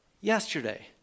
yesterday